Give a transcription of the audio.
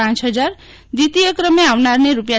પાંચ હજાર દ્વિતીય ક્રમે આવનારને રૂા